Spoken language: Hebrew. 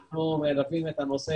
אנחנו נרתמים לנושא,